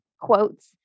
quotes